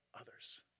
others